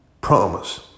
Promise